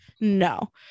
no